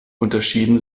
unterschieden